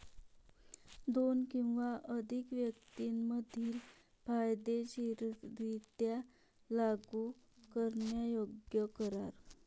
दोन किंवा अधिक व्यक्तीं मधील कायदेशीररित्या लागू करण्यायोग्य करार